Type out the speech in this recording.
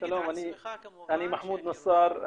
אני מחמוד נסאר,